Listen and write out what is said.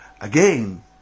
Again